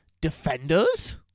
Defenders